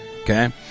okay